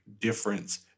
difference